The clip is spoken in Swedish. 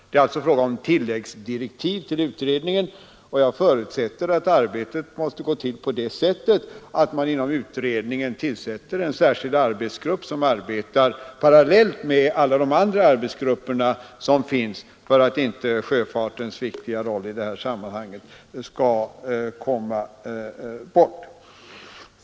Det är alltså fråga om tilläggsdirektiv till utredningen, och jag förutsätter att arbetet måste gå till så att man inom utredningen tillsätter en särskild arbetsgrupp, som arbetar parallellt med alla de andra som finns för att inte sjöfartens viktiga roll i det här sammanhanget skall komma bort.